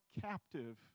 captive